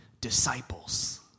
disciples